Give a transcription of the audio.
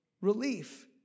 relief